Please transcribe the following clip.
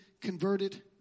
converted